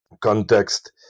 context